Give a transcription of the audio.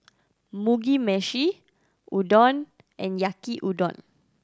Mugi Meshi Udon and Yaki Udon